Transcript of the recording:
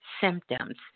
symptoms